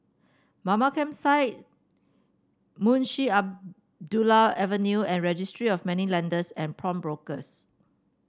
Mamam Campsite Munshi Abdullah Avenue and Registry of Moneylenders and Pawnbrokers